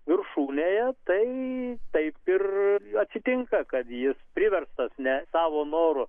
viršūnėje tai taip ir atsitinka kad jis priverstas ne savo noru